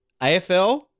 AFL